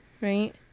Right